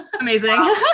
amazing